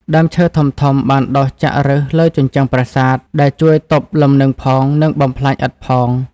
ដើមឈើធំៗបានដុះចាក់ប្ឫសលើជញ្ជាំងប្រាសាទ ដែលជួយទប់លំនឹងផង និងបំផ្លាញឥដ្ឋផង។